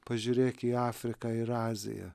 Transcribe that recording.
pažiūrėk į afriką ir aziją